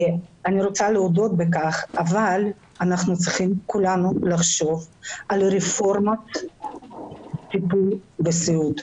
אני רוצה להודות אבל כולנו צריכים לחשוב על רפורמה בטיפול בסיעוד.